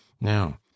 now